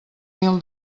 mil